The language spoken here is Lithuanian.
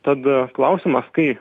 tad klausimas kai